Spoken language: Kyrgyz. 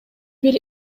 бир